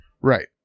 Right